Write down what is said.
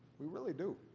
we really do.